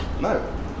no